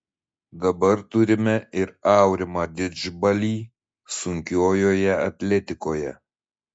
dabar turime ir aurimą didžbalį sunkiojoje atletikoje